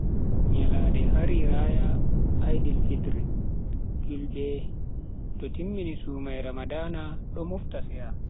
Nyalande hari raya aidilfitri, julbe yto timmini sumai ramadana do mofta seya.